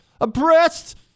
oppressed